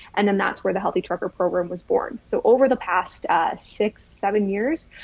and then that's where the healthy trucker program was born. so over the past six, seven years,